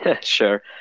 Sure